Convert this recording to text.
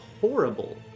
horrible